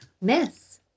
Miss